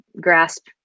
grasp